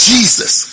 Jesus